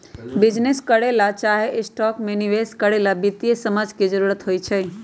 business करे ला चाहे स्टॉक में निवेश करे ला वित्तीय समझ के जरूरत होई छई